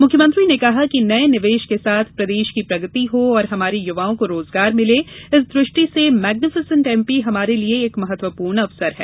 मुख्यमंत्री ने कहा कि नए निवेश के साथ प्रदेश की प्रगति हो और हमारे युवाओं को रोजगार मिले इस दृष्टि से मैग्नीफिसेंट एमपी हमारे लिए एक महत्वपूर्ण अवसर है